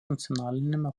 nacionaliniame